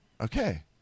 Okay